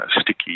Sticky